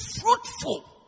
fruitful